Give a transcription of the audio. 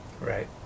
Right